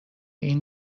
این